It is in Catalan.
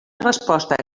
resposta